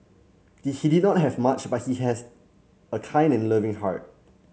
he did not have much but he has a kind and loving heart